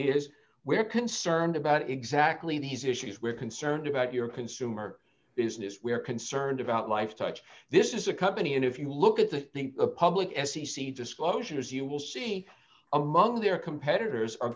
is we're concerned about exactly these issues we're concerned about your consumer business we're concerned about life touch this is a company and if you look at the public s c c disclosures you will see among their competitors are